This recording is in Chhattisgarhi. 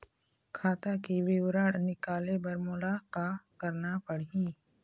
खाता के विवरण निकाले बर मोला का करना पड़ही?